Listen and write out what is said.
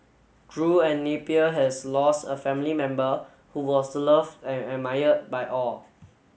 Drew and Napier has lost a family member who was loved and admired by all